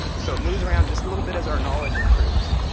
so it moves around just a little bit as our knowledge improves.